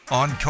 on